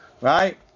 Right